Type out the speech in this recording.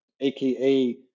aka